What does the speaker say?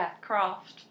craft